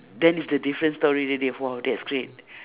then it's the different story already !wow! that's great